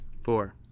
four